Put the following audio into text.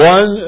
One